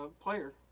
player